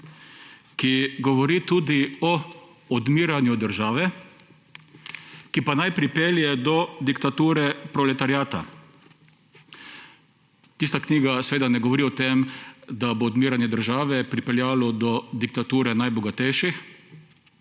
ki govori tudi o odmiranju države, ki pa naj pripelje do diktature proletariata. Tista knjiga seveda ne govori o tem, da bo odmiranje države pripeljalo do diktature najbogatejših